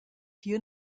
hier